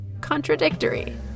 contradictory